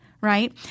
right